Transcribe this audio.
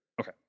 Okay